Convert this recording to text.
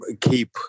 keep